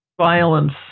Violence